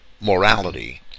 morality